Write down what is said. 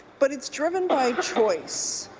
but it's driven by choice.